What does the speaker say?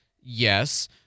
Yes